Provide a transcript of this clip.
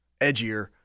edgier